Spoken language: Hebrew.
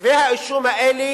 כתבי האישום האלה